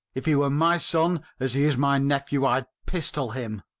if he were my son, as he is my nephew, i'd pistol him.